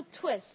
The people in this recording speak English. twist